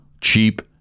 cheap